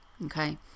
Okay